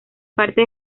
parte